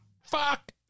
fuck